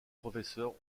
professeurs